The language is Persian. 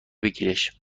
بگیرش